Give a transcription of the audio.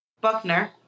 Buckner